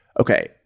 Okay